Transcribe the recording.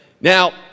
Now